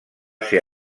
ser